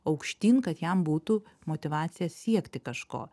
aukštyn kad jam būtų motyvacija siekti kažko